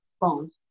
phones